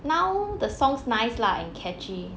now the songs nice lah and catchy